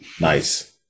Nice